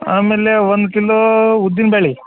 ಆಮೇಲೆ ಒಂದು ಕಿಲೋ ಉದ್ದಿನ ಬ್ಯಾಳೆ